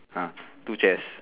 hmm two chairs